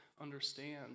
understand